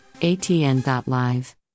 atn.live